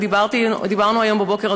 ודיברנו היום בבוקר,